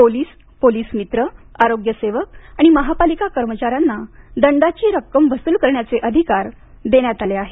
police police मित्र आरोग्य सेवक आणि महापालिका कर्मचाऱ्यांना दंडाची रक्कम वसूल करण्याचे अधिकार देण्यात आले आहेत